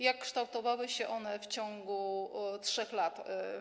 Jak kształtowały się one w ciągu 3 lat?